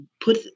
Put